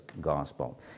gospel